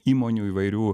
įmonių įvairių